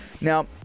Now